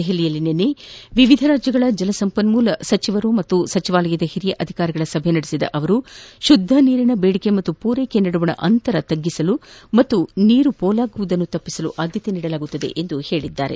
ದೆಹಲಿಯಲ್ಲಿ ನಿನ್ನೆ ವಿವಿಧ ರಾಜ್ಯಗಳ ಜಲ ಸಂಪನ್ಮೂಲ ಸಚಿವರು ಮತ್ತು ಸಚಿವಾಲಯದ ಹಿರಿಯ ಅಧಿಕಾರಿಗಳ ಸಭೆ ನಡೆಸಿದ ಅವರು ಶುದ್ದ ನೀರಿನ ಬೇಡಿಕೆ ಮತ್ತು ಪೂರೈಕೆ ನಡುವಿನ ಅಂತರ ಕಡಿಮೆ ಮಾಡಲು ಹಾಗೂ ನೀರು ಪೋಲಾಗುವುದನ್ನು ತಡೆಯಲು ಆದ್ಯತೆ ನೀಡಲಾಗುವುದು ಎಂದರು